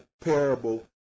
parable